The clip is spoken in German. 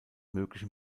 möglichen